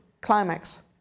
climax